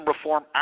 reform